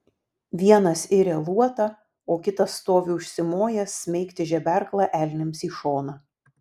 vienas iria luotą o kitas stovi užsimojęs smeigti žeberklą elniams į šoną